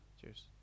Cheers